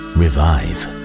revive